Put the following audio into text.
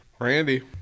randy